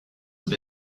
have